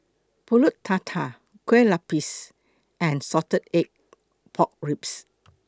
Pulut Tatal Kue Lupis and Salted Egg Pork Ribs